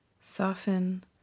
Soften